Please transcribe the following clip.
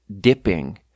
dipping